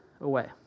away